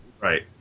Right